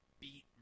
beat